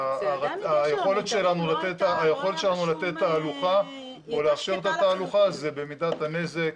היכולת שלנו לתת תהלוכה או לאפשר את התהלוכה זה מידת הנזק,